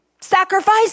sacrifice